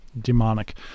demonic